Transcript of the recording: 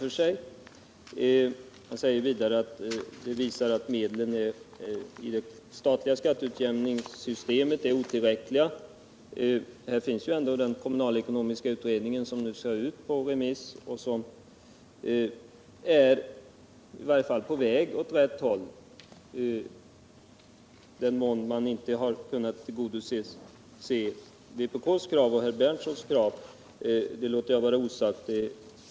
Herr Berndtson säger vidare att det nu aktuella förslaget visar att medlen i det statliga utjämningssystemet är otillräckliga. Jag vill då peka på att den kommunalekonomiska utredningen ändå har avgivit ett betänkande, som skall ut på remiss. Det är i varje fall ett steg i rätt riktning. I vad mån man där inte har kunnat tillgodose herr Berndtsons och vpk:s krav låter jag vara osagt.